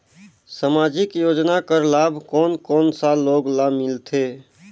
समाजिक योजना कर लाभ कोन कोन सा लोग ला मिलथे?